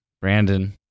Brandon